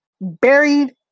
buried